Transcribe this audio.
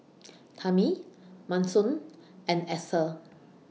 Tami Manson and Axel